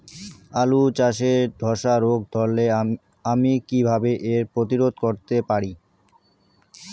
আলু চাষে ধসা রোগ ধরলে আমি কীভাবে এর প্রতিরোধ করতে পারি?